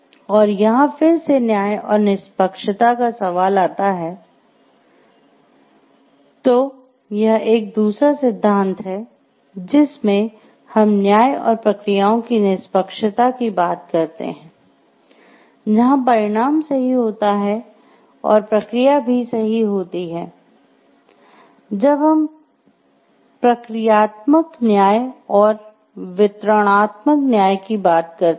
और यहाँ फिर से न्याय और निष्पक्षता का सवाल आता है तो यह एक दूसरा सिद्धांत है जिसमें हम न्याय और प्रक्रियाओं की निष्पक्षता की बात करते हैं जहाँ परिणाम सही होता है और प्रक्रिया भी सही होती है जब हम प्रक्रियात्मक न्याय और वितरणात्मक न्याय की बात करते हैं